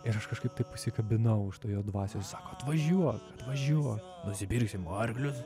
ir aš kažkaip taip užsikabinau už to jo dvasios sako atvažiuok atvažiuok nusipirksim arklius